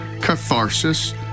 catharsis